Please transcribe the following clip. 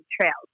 trails